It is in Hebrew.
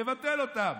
נבטל אותם.